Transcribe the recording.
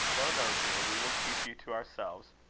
no, no, dear we will keep you to ourselves.